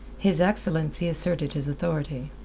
his excellency asserted his authority.